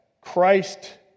Christ